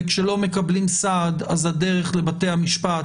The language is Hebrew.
כשלא מקבלים סעד, הדרך לבתי המשפט